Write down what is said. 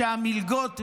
שהמלגות מגיעות.